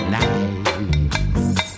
nice